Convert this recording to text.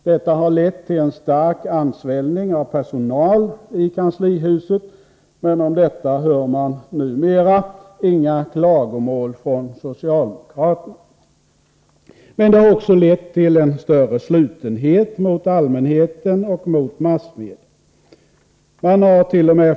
Detta har lett till en stark ansvällning av personal i kanslihuset, men om detta hör man numera inga klagomål från socialdemokraterna. Men det har också lett till en större slutenhet mot allmänheten och mot massmedia. Vi hart.o.m.